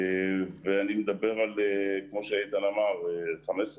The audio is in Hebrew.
אני מדבר על 15%,